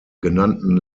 genannten